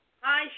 Hi